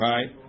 Right